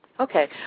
Okay